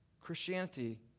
Christianity